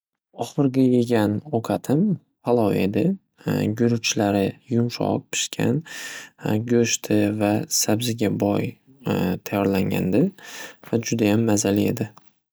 Oxirgi yegan ovqatim palov edi. Guruchlari yumshoq pishgan, go'shti va sabziga boy tayyorlangandi va judayam mazali edi.